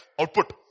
output